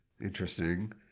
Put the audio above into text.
interesting